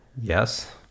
Yes